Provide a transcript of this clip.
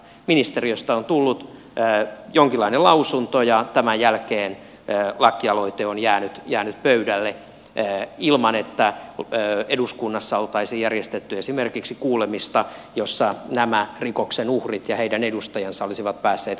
ministeriöstä on tullut jonkinlainen lausunto ja tämän jälkeen lakialoite on jäänyt pöydälle ilman että eduskunnassa oltaisiin järjestetty esimerkiksi kuulemista jossa nämä rikoksen uhrit ja heidän edustajansa olisivat päässeet kertomaan tilanteesta